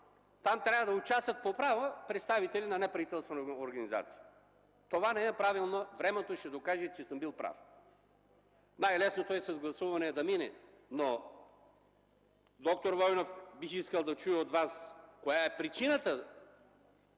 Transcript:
там трябва да участват по право представители на неправителствени организации. Това не е правилно и времето ще докаже, че съм бил прав! Най-лесното е това да мине с гласуване! Доктор Войнов, бих искал да чуя от Вас коя е причината